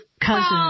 cousin